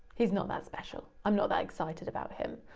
he's not that special, i'm not that excited about him.